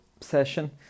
session